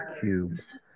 cubes